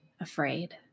afraid